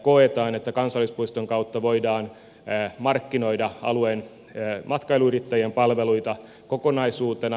koetaan että kansallispuiston kautta voidaan markkinoida alueen matkailuyrittäjien palveluita kokonaisuutena